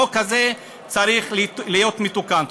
החוק הזה צריך להיות מתוקן.